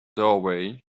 doorway